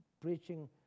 preaching